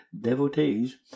devotees